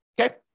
Okay